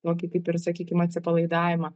tokį kaip ir sakykim atsipalaidavimą